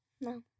no